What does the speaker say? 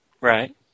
Right